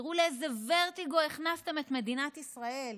תראו לאיזה ורטיגו הכנסתם את מדינת ישראל.